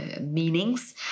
meanings